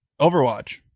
overwatch